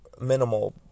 minimal